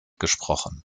gesprochen